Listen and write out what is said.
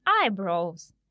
eyebrows